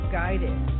guided